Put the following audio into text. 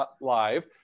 live